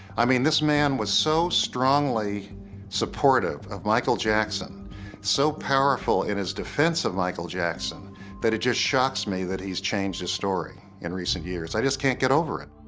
i mean this man was so strongly supportive of michael jackson so powerful in his defense of michael jackson that it just shocks me that he's changed his story in recent years i just can't get over it